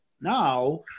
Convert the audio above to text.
now